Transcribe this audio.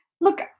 Look